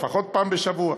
לפחות פעם בשבוע,